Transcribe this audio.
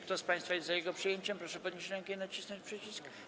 Kto z państwa jest za jego przyjęciem, proszę podnieść rękę i nacisnąć przycisk.